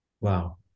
Wow